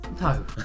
No